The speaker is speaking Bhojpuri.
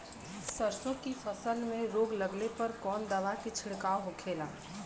सरसों की फसल में रोग लगने पर कौन दवा के छिड़काव होखेला?